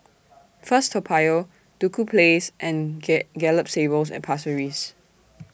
First Toa Payoh Duku Place and Gay Gallop Stables At Pasir Ris